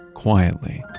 quietly.